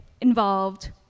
involved